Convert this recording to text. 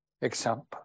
example